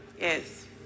Yes